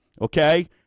Okay